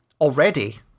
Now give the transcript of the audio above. already